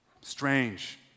strange